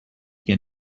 get